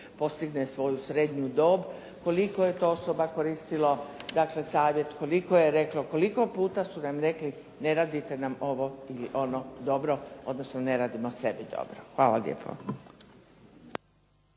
postigne svoju srednju dob, koliko je to osoba koristilo, dakle savjet, koliko je reklo, koliko puta su nam rekli ne radite nam ovo ili ono dobro, odnosno ne radimo sebi dobro. Hvala lijepo.